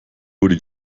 wurde